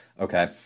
Okay